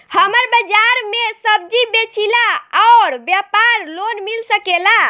हमर बाजार मे सब्जी बेचिला और व्यापार लोन मिल सकेला?